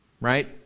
right